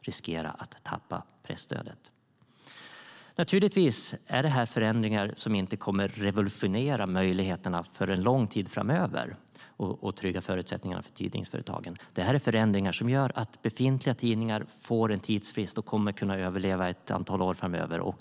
riskera att tappa presstödet. Detta är naturligtvis förändringar som inte kommer att revolutionera möjligheterna och trygga förutsättningarna för tidningsföretagen för en lång tid framöver. Det är förändringar som gör att befintliga tidningar får en tidsfrist och kommer att kunna överleva ett antal år framöver.